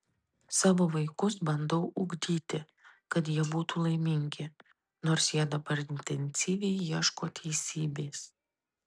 savo vaikus bandau ugdyti kad jie būtų laimingi nors jie dabar intensyviai ieško teisybės